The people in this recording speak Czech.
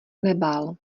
nebál